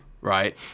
right